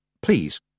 Please